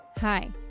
Hi